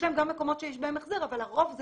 יש להם גם מקומות שיש בהם החזר אבל הרוב זה